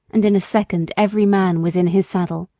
and in a second every man was in his saddle,